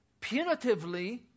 punitively